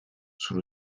sous